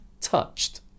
touched